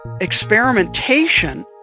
experimentation